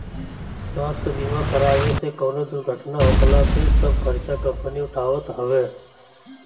स्वास्थ्य बीमा करावे से कवनो दुर्घटना होखला पे सब खर्चा कंपनी उठावत हवे